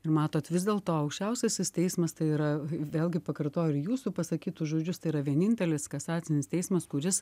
ir matot vis dėlto aukščiausiasis teismas tai yra vėlgi pakartoju ir jūsų pasakytus žodžius tai yra vienintelis kasacinis teismas kuris